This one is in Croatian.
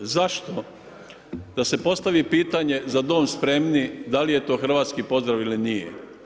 Zašto da se postavi pitanje „Za dom spremni“, da li je to hrvatski pozdrav ili nije?